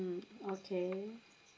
okay